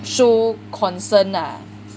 show concern lah